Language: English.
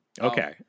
Okay